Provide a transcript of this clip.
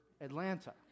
Atlanta